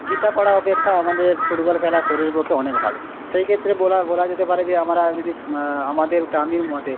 গীতা পড়া অপেক্ষা আমাদের ফুটবল খেলা শরীরের পক্ষে অনেক ভালো সেই ক্ষেত্রে বলা বলা যেতে পারে যে আমরা যদি আমাদের গ্রামীণ মতে